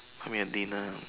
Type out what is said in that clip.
buy me a dinner